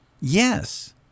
Yes